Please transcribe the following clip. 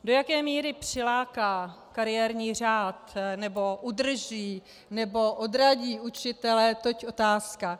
Do jaké míry přiláká kariérní řád, nebo udrží, nebo odradí učitele, toť otázka.